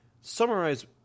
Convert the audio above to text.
summarize